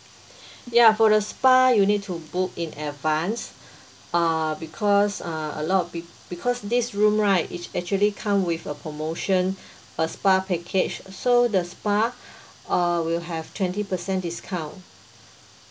ya for the spa you'll need to book in advance uh because uh a lot of peo~ because this room right it's actually come with a promotion a spa package so the spa uh will have twenty percent discount